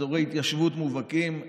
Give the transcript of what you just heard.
אזורי התיישבות מובהקים,